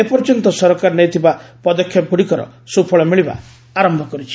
ଏ ପର୍ଯ୍ୟନ୍ତ ସରକାର ନେଇଥିବା ପଦକ୍ଷେପଗୁଡ଼ିକର ସୁଫଳ ମିଳିବା ଆରମ୍ଭ କରିଛି